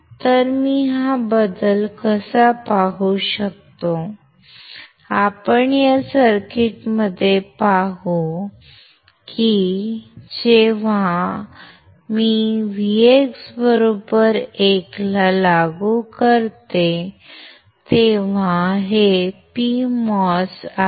तर मी हा बदल कसा पाहू शकतो आपण या सर्किटमध्ये येथे पाहू जेव्हा मी Vx 1 ला लागू करतो तेव्हा हे PMOS आहे